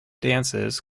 dances